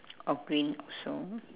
oh green also